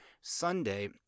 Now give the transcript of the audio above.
Sunday